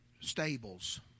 Stables